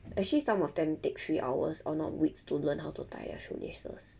actually some of them take three hours or not weeks to learn how to tie their shoelaces